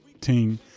team